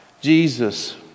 Jesus